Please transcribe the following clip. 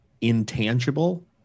intangible